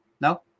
No